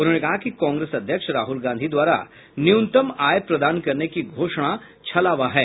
उन्होंने कहा कि कांग्रेस अध्यक्ष राहुल गांधी द्वारा न्यूनतम आय प्रदान करने की घोषणा छलावा है